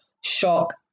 shock